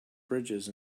bridges